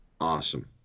Awesome